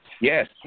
Yes